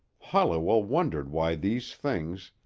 holliwell wondered why these things,